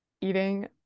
eating